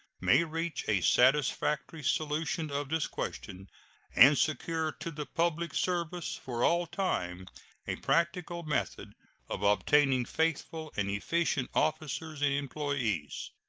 may reach a satisfactory solution of this question and secure to the public service for all time a practical method of obtaining faithful and efficient officers and employees.